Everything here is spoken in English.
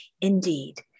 Indeed